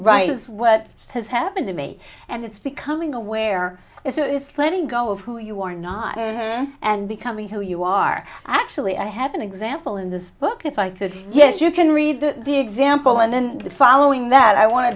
right is what has happened to me and it's becoming aware is that it's letting go of who you are not and becoming who you are actually i have an example in this book if i could yes you can read the example and then the following that i want to